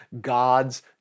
God's